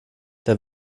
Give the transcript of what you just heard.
der